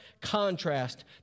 contrast